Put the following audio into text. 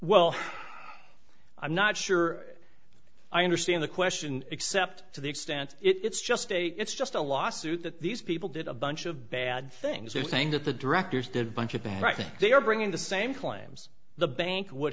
well i'm not sure i understand the question except to the extent it's just a it's just a lawsuit that these people did a bunch of bad things they're saying that the directors did bunch of bad writing they are bringing the same claims the bank would